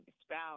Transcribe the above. spouse